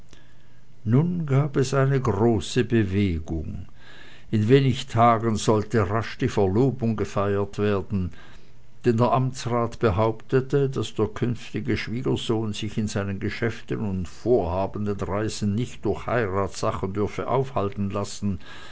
nun gab es große bewegung in wenig tagen sollte rasch die verlobung gefeiert werden denn der amtsrat behauptete daß der künftige schwiegersohn sich in seinen geschäften und vorhabenden reisen nicht durch heiratssachen dürfe aufhalten lassen